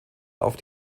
auf